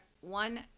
one